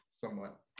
somewhat